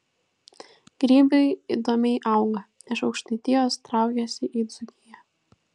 grybai įdomiai auga iš aukštaitijos traukiasi į dzūkiją